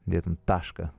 dėtum tašką